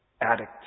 addict